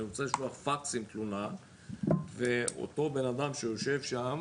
אני רוצה לשלוח פקס עם תלונה ואותו בנאדם שיושב שם,